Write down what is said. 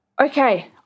Okay